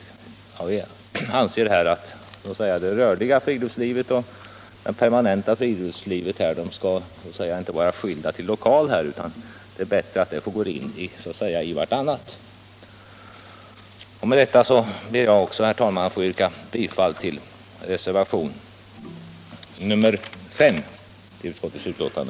Vi anser att det rörliga friluftslivet och det permanenta friluftslivet inte skall vara skilda åt till lokal utan det är bättre att de så att säga går in i varandra. Med detta, herr talman, ber jag att få yrka bifall till reservationen 5 till utskottets betänkande.